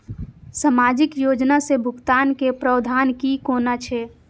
सामाजिक योजना से भुगतान के प्रावधान की कोना छै?